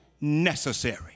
necessary